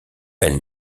elle